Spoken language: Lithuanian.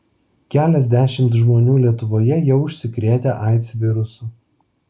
keliasdešimt žmonių lietuvoje jau užsikrėtę aids virusu